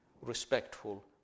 respectful